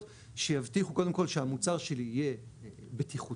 שיבטיחו קודם כל שהמוצר שלי יהיה בטיחותי,